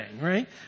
Right